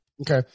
Okay